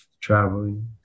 traveling